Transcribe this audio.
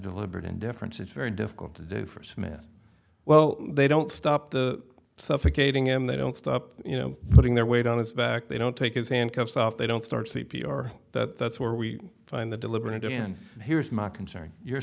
deliberate indifference it's very difficult today for smith well they don't stop the suffocating him they don't stop you know putting their weight on his back they don't take his handcuffs off they don't start c p r that that's where we find the deliberate end here's my concern you're